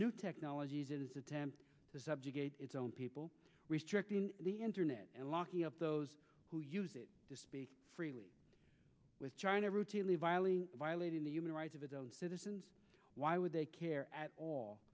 new technologies it is attempting to subjugate its own people restricting the internet and lucky of those who use it to speak freely with china routinely vialli violating the human rights of its citizens why would they care at all